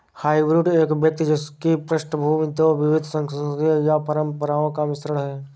hybrid एक व्यक्ति जिसकी पृष्ठभूमि दो विविध संस्कृतियों या परंपराओं का मिश्रण है